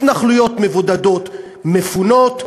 התנחלויות מבודדות מפונות,